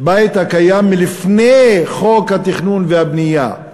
בית הקיים מלפני חוק התכנון והבנייה,